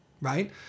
right